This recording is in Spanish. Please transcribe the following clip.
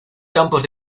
campos